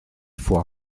foy